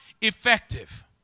effective